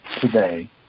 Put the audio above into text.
today